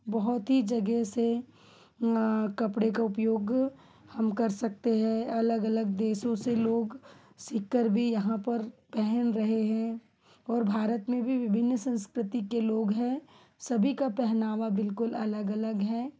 बहुत ही जगह से कपड़े का उपयोग हम कर सकते है अलग अलग देशों से लोग सीख कर भी यहाँ पर पहन रहे हैं और भारत में भी विभिन संस्कृति के लोग हैं सभी का पहनावा बिलकुल अलग अलग है